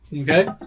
Okay